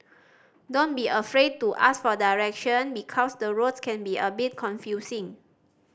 don't be afraid to ask for direction because the roads can be a bit confusing